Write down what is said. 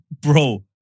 Bro